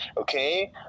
okay